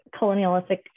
colonialistic